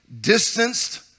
distanced